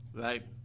Right